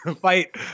fight